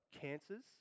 cancers